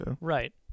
Right